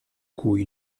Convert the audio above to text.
cui